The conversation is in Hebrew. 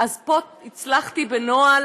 פה הצלחתי בנוהל